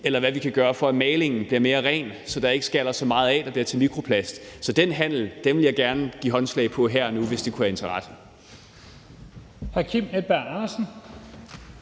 eller hvad vi kan gøre, for at malingen bliver mere ren, så der ikke er så meget, der skaller af og bliver til mikroplast. Den handel vil jeg gerne give håndslag på her og nu, hvis det kunne have interesse.